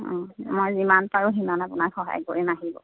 মই যিমান পাৰোঁ সিমান আপোনাক সহায় কৰিম আহিব